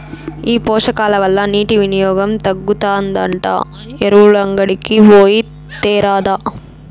ఈ పోషకాల వల్ల నీటి వినియోగం తగ్గుతాదంట ఎరువులంగడికి పోయి తేరాదా